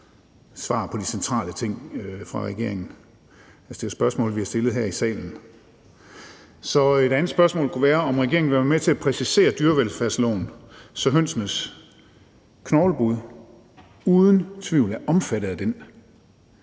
på de centrale ting. Det er spørgsmål, vi har stillet her i salen. Så et andet spørgsmål kunne være, om regeringen ville være med til at præcisere dyrevelfærdsloven, så hønsenes knoglebrud uden tvivl er omfattet af den.